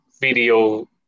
video